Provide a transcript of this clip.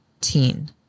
teen